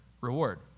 reward